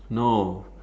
no